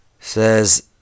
Says